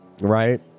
right